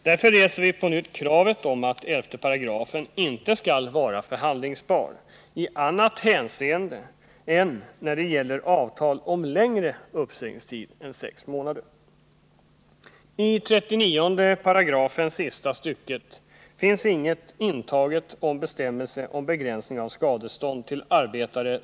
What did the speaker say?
Därför reser vi på nytt kravet att 11 § inte skall vara förhandlingsbar i annat hänseende än när det gäller avtal om längre uppsägningstid än sex månader.